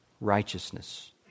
Righteousness